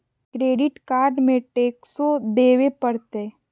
Credit card में टेक्सो देवे परते?